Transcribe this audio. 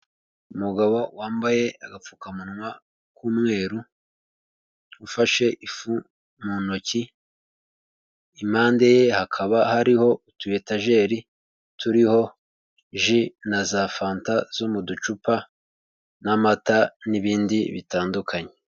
Umugabo wambaye agapfukamunwa k'umweru ufashe ifu mu ntoki, impande ye hakaba hariho utu etajeri turiho ji na za fanta zo mu ducupa n'amata n'ibindi bitandukanye.